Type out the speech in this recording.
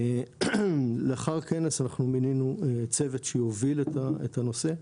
לאחר הכנס אנחנו מינינו צוות שיוביל את הנושא,